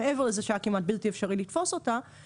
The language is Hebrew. מעבר לזה שהיה כמובן בלתי אפשרי לתפוס אותה,